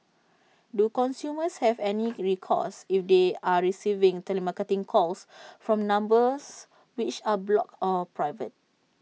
do consumers have any recourse if they are receiving telemarketing calls from numbers which are blocked or private